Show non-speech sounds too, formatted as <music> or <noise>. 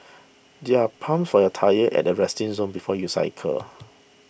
there are pumps for your tyres at the resting zone before you cycle <noise>